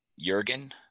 jurgen